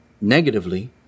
negatively